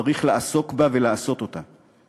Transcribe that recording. שצריך לעסוק בה ולעשות אותה.